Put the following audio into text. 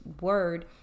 word